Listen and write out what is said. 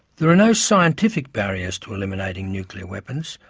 there are no scientific barriers to eliminating nuclear weapons,